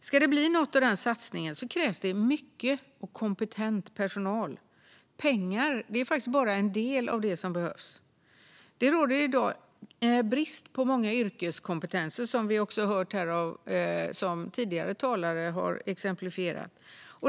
Ska det bli något av denna satsning krävs det mycket och kompetent personal. Pengar är bara en del av det som behövs. Det råder i dag brist på många yrkeskompetenser, som vi har hört tidigare talare exemplifiera.